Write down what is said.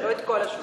לא את כל ה-17.